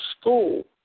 school